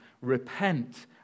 Repent